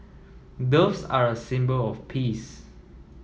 doves are a symbol of peace